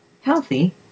Healthy